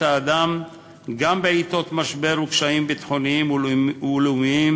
האדם גם בעתות משבר וקשיים ביטחוניים ולאומיים,